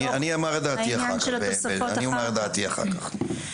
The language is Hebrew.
אני אומר את דעתי אחר כך.